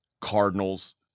Cardinals